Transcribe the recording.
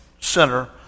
center